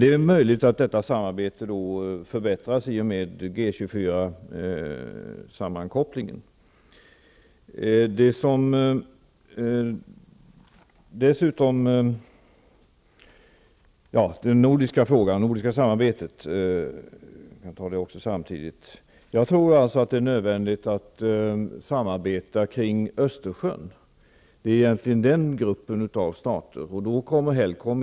Det är dock möjligt att detta samarbete kommer att förbättras genom Vad gäller det nordiska samarbetet tror jag att det är nödvändigt för länderna kring Östersjön att samarbeta. Det är den gruppen av stater som är aktuell.